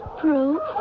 proof